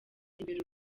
imbere